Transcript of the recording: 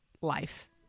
life